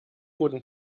guten